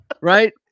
Right